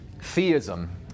theism